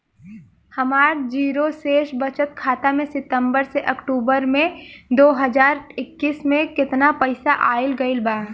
हमार जीरो शेष बचत खाता में सितंबर से अक्तूबर में दो हज़ार इक्कीस में केतना पइसा आइल गइल बा?